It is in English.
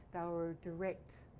they were direct,